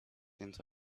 into